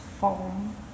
foam